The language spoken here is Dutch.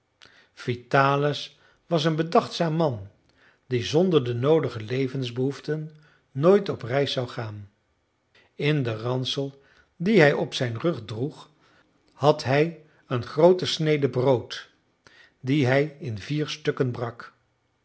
vitalis was een bedachtzaam man die zonder de noodige levensbehoeften nooit op reis zou gaan in den ransel dien hij op zijn rug droeg had hij een groote snede brood die hij in vier stukken brak